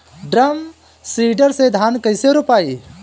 Drum seeder से धान कैसे रोपाई?